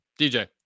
DJ